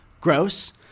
gross